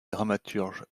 dramaturge